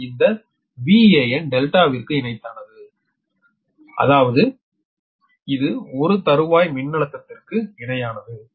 மற்றும் இந்த 𝑽𝒂n Δ விற்கு இணையானது அதாவது இந்த தறுவாய் மின்னழுத்ததிற்கு இணையானது